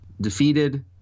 defeated